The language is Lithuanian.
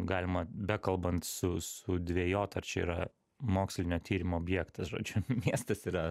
galima bekalbant su sudvejot ar čia yra mokslinio tyrimo objektas žodžiu miestas yra